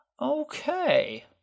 Okay